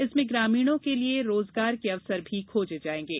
इसमें ग्रामीणों के लिये रोजगार के अवसर भी खोजे जायेंगे